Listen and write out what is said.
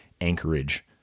Anchorage